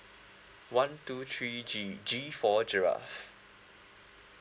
one two three G G for giraffe